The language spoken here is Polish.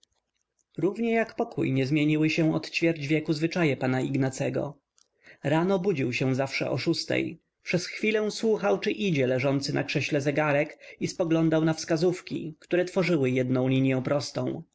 równie jak pokój nie zmieniły się od ćwierć wieku zwyczaje pana ignacego rano budził się zawsze o szóstej przez chwilę słuchał czy idzie leżący na krześle zegarek i spoglądał na skazówki które tworzyły jednę linią prostą